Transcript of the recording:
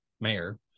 mayor